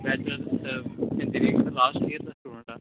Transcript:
bachelors of engineering last year ਦਾ student ਹਾਂ